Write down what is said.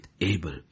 Abel